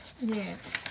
Yes